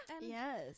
Yes